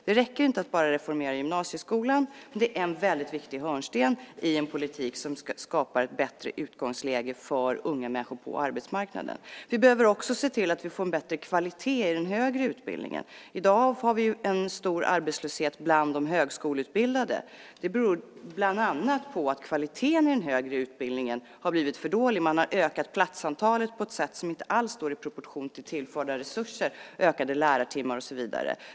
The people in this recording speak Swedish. Det räcker inte att bara reformera gymnasieskolan, men det är en väldigt viktig hörnsten i en politik som skapar ett bättre utgångsläge för unga människor på arbetsmarknaden. Vi behöver också se till att vi får en bättre kvalitet i den högre utbildningen. I dag har vi en stor arbetslöshet bland de högskoleutbildade. Det beror bland annat på att kvaliteten i den högre utbildningen har blivit för dålig. Man har ökat platsantalet på ett sätt som inte alls står i proportion till tillförda resurser, ökade lärartimmar och så vidare.